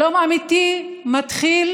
שלום אמיתי מתחיל